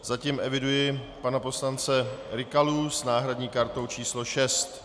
Zatím eviduji pana poslance Rykalu s náhradní kartou č. 6.